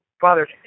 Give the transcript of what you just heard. Father